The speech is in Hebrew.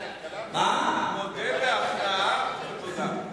מודה בהכנעה ובתודה.